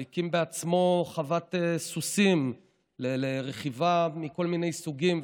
הוא הקים בעצמו חוות סוסים לרכיבה מכל מיני סוגים,